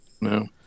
No